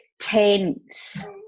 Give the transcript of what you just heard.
tense